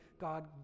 god